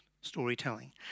storytelling